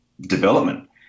development